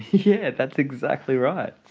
yeah, that's exactly right.